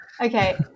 Okay